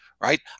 right